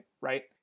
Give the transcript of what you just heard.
right